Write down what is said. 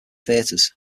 theatres